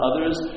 others